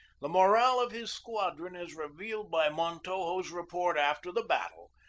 the morale of his squadron, as revealed by montojo's report after the battle,